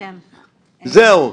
זהו.